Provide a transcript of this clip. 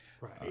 right